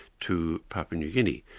to papua new guinea,